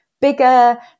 bigger